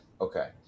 Okay